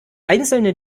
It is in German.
einzelne